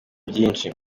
byinshi